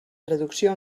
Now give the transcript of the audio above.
traducció